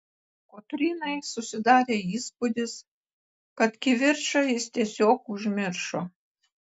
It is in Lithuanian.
kotrynai susidarė įspūdis kad kivirčą jis tiesiog užmiršo